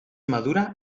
madura